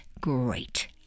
great